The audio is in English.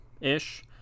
ish